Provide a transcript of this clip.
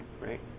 Right